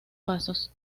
pasos